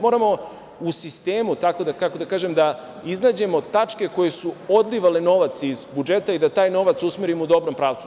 Moramo u sistemu, kako da kažem, da iznađemo tačke koje su odlivale novac iz budžeta i da taj novac usmerimo u dobrom pravcu.